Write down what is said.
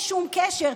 אין שום קשר.